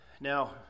Now